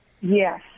Yes